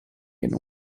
and